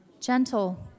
gentle